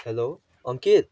hello Ankit